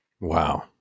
Wow